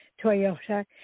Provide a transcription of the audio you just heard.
Toyota